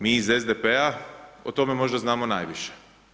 Mi iz SDP-a o tome možda znamo najviše.